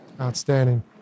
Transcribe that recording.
Outstanding